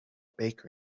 baker